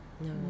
No